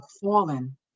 fallen